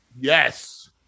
yes